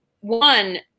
one